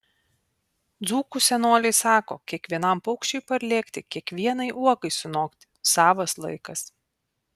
dzūkų senoliai sako kiekvienam paukščiui parlėkti kiekvienai uogai sunokti savas laikas